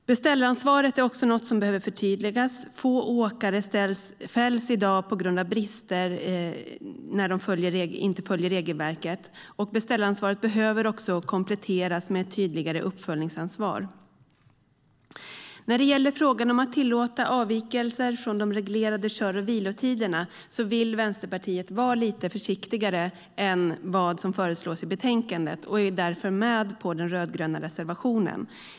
Beställaransvaret behöver också förtydligas. Få åkare fälls i dag på grund av brister då de inte följer regelverket. Beställaransvaret behöver också kompletteras med ett tydligare uppföljningsansvar. När det gäller frågan om att tillåta avvikelser från de reglerade kör och vilotiderna vill Vänsterpartiet vara lite försiktigare än vad som föreslås i betänkandet och är därför med på den rödgröna reservationen.